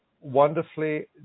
wonderfully